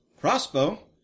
crossbow